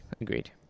agreed